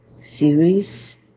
series